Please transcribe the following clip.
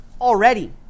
already